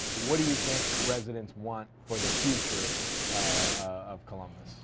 what do you think residents want for the future of columbus?